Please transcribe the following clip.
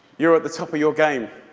you're at the top of your game.